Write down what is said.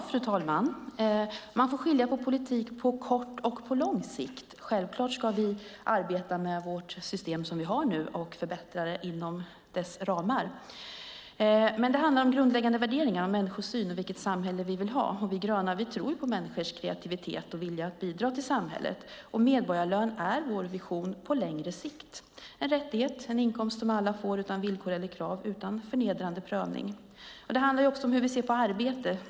Fru talman! Man får skilja på politik på kort och på lång sikt. Självklart ska vi arbeta med det system vi nu har och förbättra det inom dess ramar. Det handlar om grundläggande värderingar, människosyn och vilket samhälle vi vill ha. Vi gröna tror på människors kreativitet och vilja att bidra till samhället. Medborgarlön är vår vision på längre sikt. Det är en rättighet, en inkomst, som alla får utan villkor eller krav utan förnedrande prövning. Det handlar också om hur vi ser på arbete.